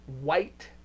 white